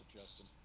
Justin